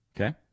Okay